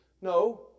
No